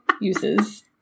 uses